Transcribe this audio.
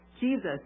Jesus